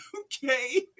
Okay